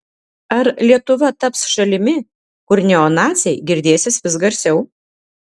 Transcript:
ar lietuva taps šalimi kur neonaciai girdėsis vis garsiau